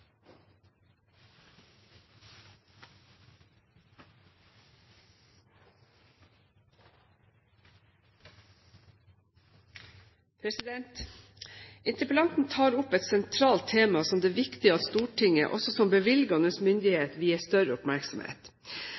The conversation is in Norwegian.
studentene. Interpellanten tar opp et sentralt tema som det er viktig at Stortinget også som bevilgende myndighet vier større oppmerksomhet.